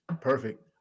Perfect